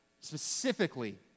specifically